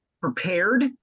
prepared